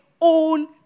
own